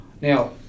Now